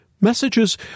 Messages